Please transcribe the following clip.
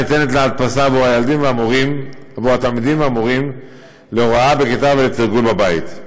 הניתנת להדפסה עבור התלמידים והמורים להוראה בכיתה ולתרגול בבית.